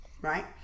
right